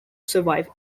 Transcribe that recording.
survive